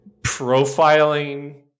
profiling